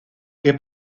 que